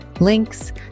links